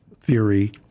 theory